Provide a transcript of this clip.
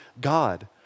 God